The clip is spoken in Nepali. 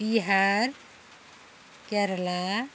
बिहार केरला